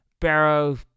Barrow